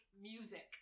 music